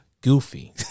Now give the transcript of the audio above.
goofy